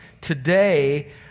Today